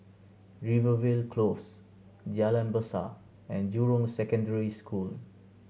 Rivervale Close Jalan Besar and Jurong Secondary School